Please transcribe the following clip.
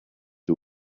who